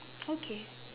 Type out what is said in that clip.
okay